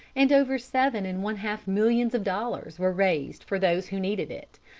and over seven and one-half millions of dollars were raised for those who needed it,